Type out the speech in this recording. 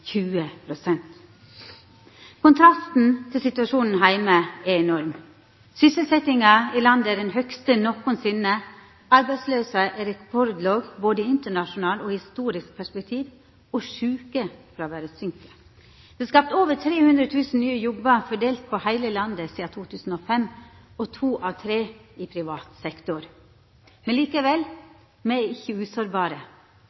pst. Kontrasten til situasjonen her heime er enorm. Sysselsetjinga i landet er den høgste nokosinne, arbeidsløysa er rekordlåg både i internasjonalt og historisk perspektiv, og sjukefråveret søkk. Det er skapt over 300 000 nye jobbar fordelte på heile landet sidan 2005, to av tre i privat sektor.